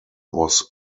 was